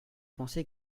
pensez